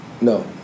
No